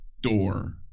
Door